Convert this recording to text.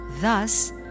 thus